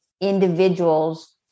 individuals